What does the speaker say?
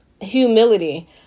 humility